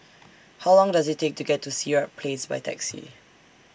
How Long Does IT Take to get to Sirat Place By Taxi